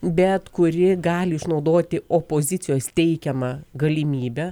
bet kuri gali išnaudoti opozicijos teikiamą galimybę